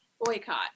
boycott